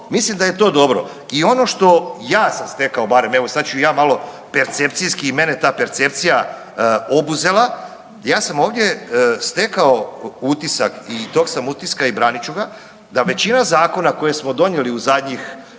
mislim da je to dobro. I ono što ja sam stekao barem, evo sad ću i ja malo percepcijski i mene ta percepcija obuzela. Ja sam ovdje stekao utisak i tog sam utiska i branit ću ga da većina zakona koje smo donijeli u zadnjih